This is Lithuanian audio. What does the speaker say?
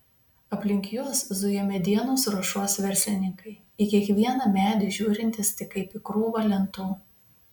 aplink juos zuja medienos ruošos verslininkai į kiekvieną medį žiūrintys tik kaip į krūvą lentų